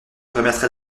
permettrait